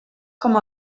com